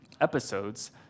episodes